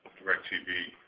directv.